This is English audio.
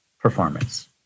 performance